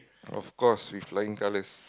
of course with flying colors